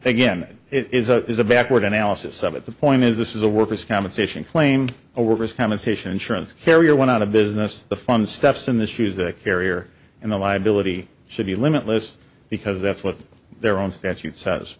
again it is a is a backward analysis of it the point is this is a worker's compensation claim a worker's compensation insurance carrier went out of business the funds steps in the shoes the carrier and the liability should be limitless because that's what their own statute says